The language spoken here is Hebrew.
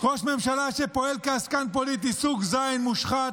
ראש ממשלה שפועל כעסקן פוליטי סוג ז' מושחת,